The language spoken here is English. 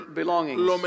belongings